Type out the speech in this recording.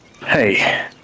Hey